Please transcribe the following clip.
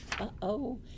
uh-oh